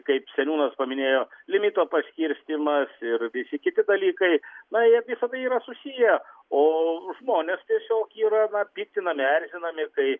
kaip seniūnas paminėjo limito paskirstymas ir visi kiti dalykai na jie visada yra susiję o žmonės tiesiog yra na piktinami erzinami kai